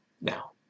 Now